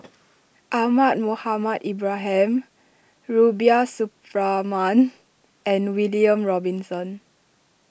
Ahmad Mohamed Ibrahim Rubiah Suparman and William Robinson